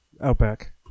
Outback